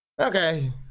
okay